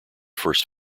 first